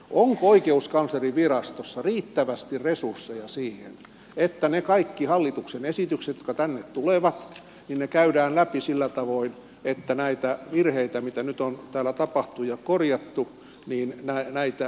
onko oikeuskanslerinvirastossa riittävästi resursseja siihen että ne kaikki hallituksen esitykset jotka tänne tulevat käydään läpi sillä tavoin että ne virheet mitä nyt on täällä tapahtunut ja korjattu eivät toistuisi